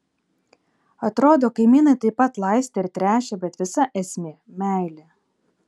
atrodo kaimynai taip pat laistė ir tręšė bet visa esmė meilė